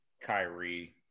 Kyrie